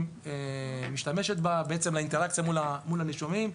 משתמשת בה לאינטראקציה מול הנישומים,